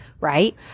right